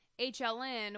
HLN